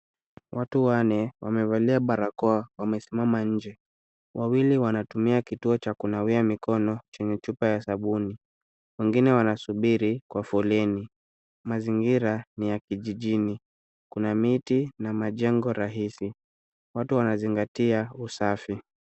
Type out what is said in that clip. Watu wanne, wamevalia barakoa, wamesimama nje. Wawili wanatumia kituo cha kunawia mikono chenye chupa ya sabuni. Wengine wanasubiri kwa foleni. Mazingira ni ya kijijini. Kuna miti na majengo rahisi. Watu wanazingatia usafi.